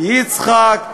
יצחק,